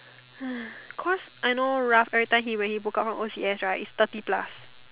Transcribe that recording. cause I know Ralph every time he when he book out from o_c_s right it's thirty plus